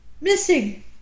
missing